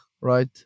right